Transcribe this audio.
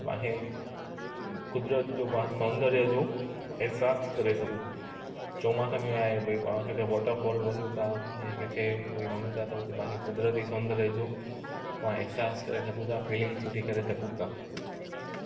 त बाक़ी क़ुदिरत जो पाण सौंदर्य जो अहसास करे सघूं चौमासे में आहे भई पाण किथे वॉटरफॉल वञूं था या किथे भई वञूं था त हुते पाण खे क़ुदिरती सौंदर्य जो पाण अहसास करे सघूं था फीलिंग सुठी करे सघूं था